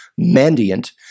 Mandiant